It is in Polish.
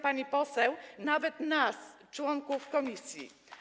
pani poseł, nawet nas, członków komisji.